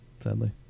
sadly